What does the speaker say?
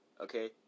okay